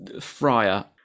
Friar